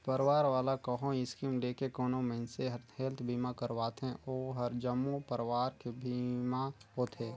परवार वाला कहो स्कीम लेके कोनो मइनसे हर हेल्थ बीमा करवाथें ओ हर जम्मो परवार के बीमा होथे